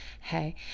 hey